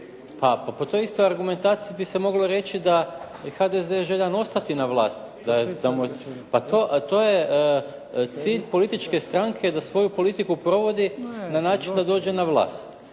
po toj istoj argumentaciji bi se moglo reći da je i HDZ željan ostati na vlasti, a to je cilj političke stranke da svoju politiku provodi na način da dođe na vlast.